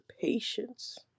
patience